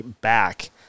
back